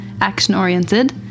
action-oriented